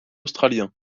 australien